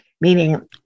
Meaning